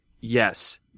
yes